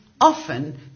often